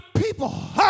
people